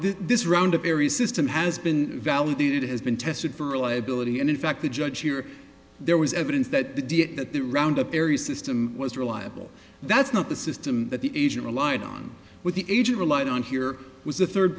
that this round of every system has been validated has been tested for reliability and in fact the judge here there was evidence that the d n a that the round up areas system was reliable that's not the system that the asian relied on with the age relied on here was a third